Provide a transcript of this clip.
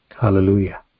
Hallelujah